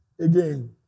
again